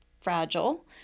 fragile